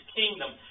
kingdom